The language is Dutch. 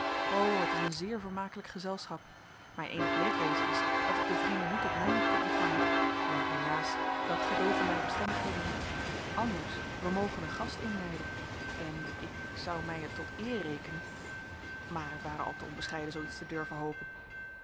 o het is een zeer vermakelijk gezelschap mijn eenig leedwezen is dat ik de vrienden niet tot mijnent kan ontvangen want helaas dat gedoogen mijn omstandigheden niet anders wij mogen een gast inleiden en ik zou mij het tot eer rekenen maar het ware al te onbescheiden zoo iets te durven hopen